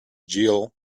jill